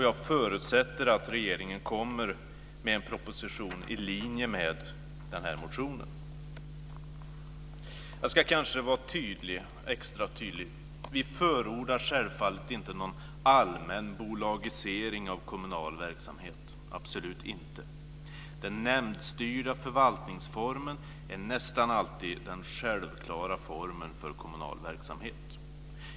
Jag förutsätter att regeringen kommer med en proposition i linje med den här motionen. Jag ska kanske vara extra tydlig. Vi förordar självfallet inte någon allmän bolagisering av kommunal verksamhet - absolut inte. Den nämndstyrda förvaltningsformen är nästan alltid den självklara formen för kommunal verksamhet.